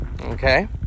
Okay